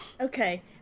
okay